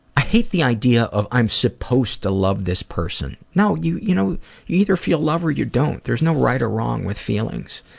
i hate the idea of i'm supposed to love this person. no, you you know either feel love or you don't. there's no right or wrong with feelings.